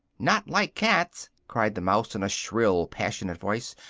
not like cats! cried the mouse, in a shrill, passionate voice,